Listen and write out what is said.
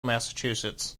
massachusetts